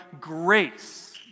grace